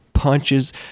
punches